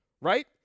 right